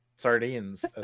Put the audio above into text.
Sardines